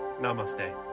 Namaste